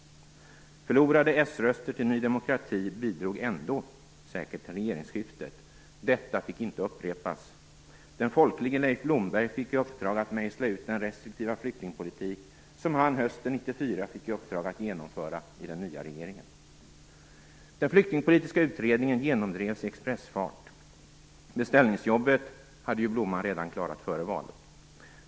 Förlorade s-röster till Ny demokrati bidrog säkert ändå till regeringsskiftet. Detta fick inte upprepas. Den folklige Leif Blomberg fick i uppdrag att mejsla ut den restriktiva flyktingpolitik som han hösten 1994 fick i uppdrag att genomföra i den nya regeringen. Den flyktingpolitiska utredningen genomdrevs i expressfart. Beställningsjobbet hade ju Blomman klarat av redan före valet.